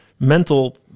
mental